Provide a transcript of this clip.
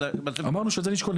אמרנו שאת זה נשקול.